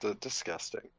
Disgusting